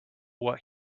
what